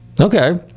Okay